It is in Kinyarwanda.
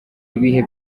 ibihe